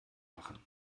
machen